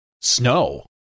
snow